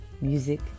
music